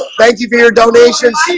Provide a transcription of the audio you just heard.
thank you for your donations